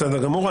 בסדר גמור.